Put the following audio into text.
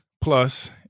plus